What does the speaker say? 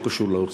לא קשור לאוצר,